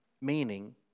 Meaning